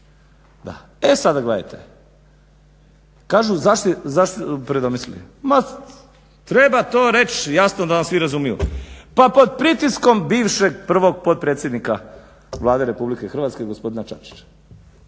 E sada gledajte, kažu zašto su se predomislili, ma treba to reći jasno da nas svi razumiju, pa pod pritiskom bivšeg prvog potpredsjednika Vlade Republike Hrvatske gospodina Čačića.